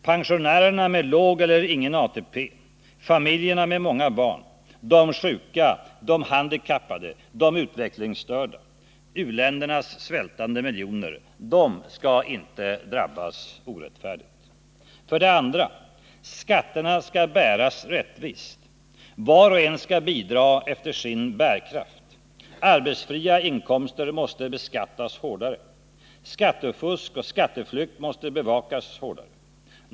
Pensionärerna med låg eller ingen ATP, familjerna med många barn, de sjuka, de handikappade, de utvecklingsstörda, u-ländernas svältande miljoner skall icke drabbas orättfärdigt. För det andra: Skatterna skall bäras rättvist. Var och en skall bidra efter sin bärkraft. Arbetsfria inkomster måste beskattas hårdare. Skattefusk och skatteflykt måste bevakas hårdare.